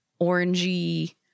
orangey